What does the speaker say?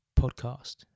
Podcast